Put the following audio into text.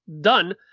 done